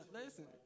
listen